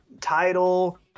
title